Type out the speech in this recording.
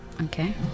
Okay